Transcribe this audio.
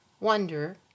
Wonder